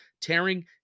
tearing